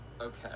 Okay